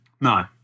No